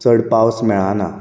चड पावस मेळना